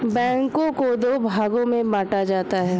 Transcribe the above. बैंकों को दो भागों मे बांटा जाता है